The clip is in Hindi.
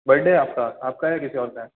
बर्डे है आपका आपका है या किसी और का है